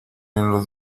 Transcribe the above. los